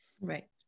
Right